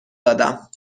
دادم